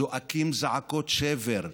זועקים זעקות שבר,